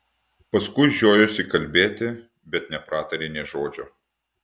paskui žiojosi kalbėti bet nepratarė nė žodžio